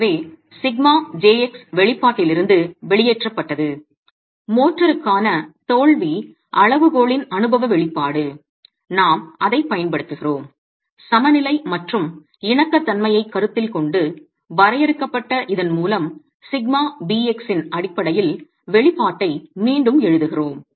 எனவே σjx வெளிப்பாட்டிலிருந்து வெளியேற்றப்பட்டது மோர்டருக்கான தோல்வி அளவுகோலின் அனுபவ வெளிப்பாடு நாம் அதைப் பயன்படுத்துகிறோம் சமநிலை மற்றும் இணக்கத்தன்மையைக் கருத்தில் கொண்டு வரையறுக்கப்பட்ட இதன் மூலம் σbx இன் அடிப்படையில் வெளிப்பாட்டை மீண்டும் எழுதுகிறோம்